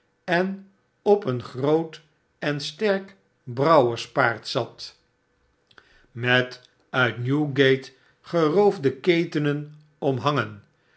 en op een groot en sterk brouwerspaard zat met uit newgate geroofde ketenen omhangen